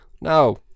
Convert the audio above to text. No